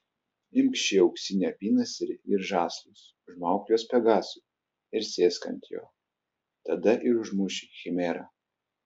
imk šį auksinį apynasrį ir žąslus užmauk juos pegasui ir sėsk ant jo tada ir užmuši chimerą